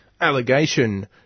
Allegation